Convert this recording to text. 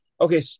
Okay